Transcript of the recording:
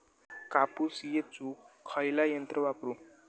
कापूस येचुक खयला यंत्र वापरू?